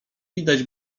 widać